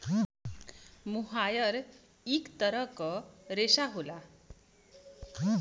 मोहायर इक तरह क रेशा होला